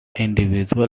individual